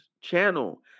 channel